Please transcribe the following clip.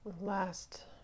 Last